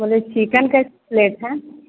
बोले चिकन कैसे रेट है